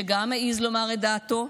שגם העז לומר את דעתו.